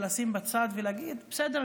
לשים בצד ולהגיד: בסדר,